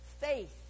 faith